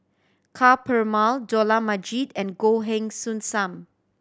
Ka Perumal Dollah Majid and Goh Heng Soon Sam